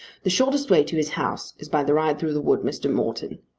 the shortest way to his house is by the ride through the wood, mr. morton.